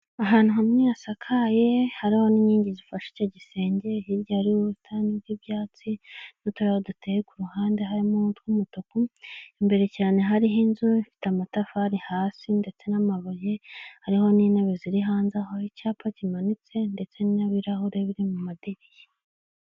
Ahantu hamwe hasakaye, hariho n'inkingi zifashe icyo gisenge, hirya hari ubusitani bw'ibyatsi n'uturabo duteye ku ruhande, harimo n'utw'umutuku, imbere cyane hariho inzu ifite amatafari hasi ndetse n'amabuye, hariho n'intebe ziri hanze aho, icyapa kimanitse ndetse n'ibirahure biri mu madirishya.